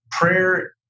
prayer